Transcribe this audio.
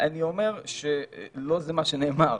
אני אומר שלא זה מה נאמר.